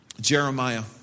Jeremiah